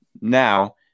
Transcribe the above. now